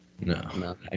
No